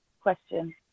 question